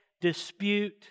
dispute